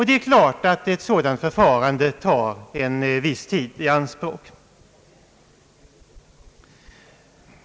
Det är klart att ett sådant förfarande tar en viss tid i anspråk.